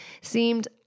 seemed